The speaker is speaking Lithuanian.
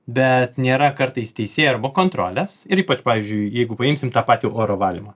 bet nėra kartais teisėjo arba kontrolės ir ypač pavyzdžiui jeigu paimsim tą patį oro valymą